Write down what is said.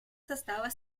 состава